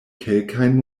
kelkajn